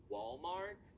Walmart